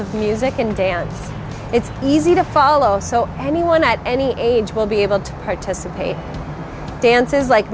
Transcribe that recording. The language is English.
of music and dance it's easy to follow so anyone at any age will be able to participate dances like